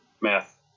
Math